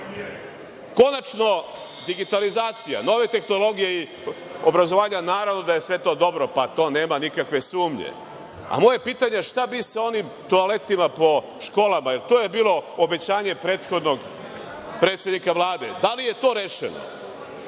oblasti? Konačno, digitalizacija, nove tehnologije obrazovanja, naravno da je to sve dobro. U to nema nikakve sumnje. Moje pitanje je šta bi sa onim toaletima po školama? To je bilo obećanje prethodnog predsednika Vlade. Da li je to rešeno?